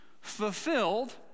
fulfilled